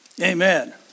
Amen